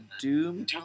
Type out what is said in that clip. doom